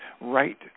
right